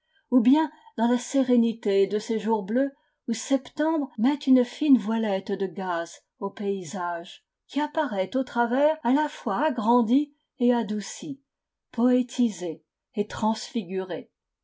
ou bien dans la sérénité de ces jours bleus où septembre met une fine voilette de gaze au paysage qui apparaît au travers à la fois agrandi et adouci poétisé et transfiguré